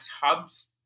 hubs